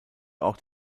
auch